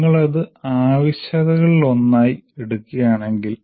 നിങ്ങൾ അത് ആവശ്യകതകളിലൊന്നായി എടുക്കുകയാണെങ്കിൽ